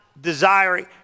desiring